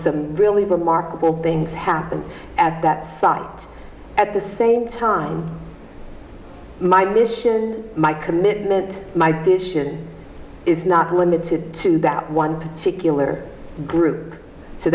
some really remarkable things happen at that site at the same time my mission my commitment my vision is not limited to that one particular group so